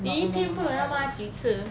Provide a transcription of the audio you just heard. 你一天不懂要抹几次